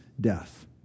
death